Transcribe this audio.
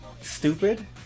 stupid